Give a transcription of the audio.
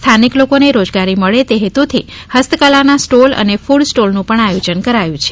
સ્થાનિક લોકોને રોજગારી મળે તે હેતુથી ઠ્સ્તકલાના સ્ટોલ અને કૂડ સ્ટોલનું પણ આયોજન કરાયુ છે